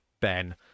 ben